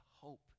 hope